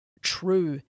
true